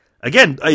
again